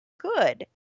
good